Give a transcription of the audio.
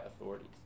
authorities